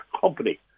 Company